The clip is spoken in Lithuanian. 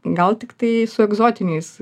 gal tiktai su egzotiniais